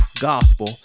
Gospel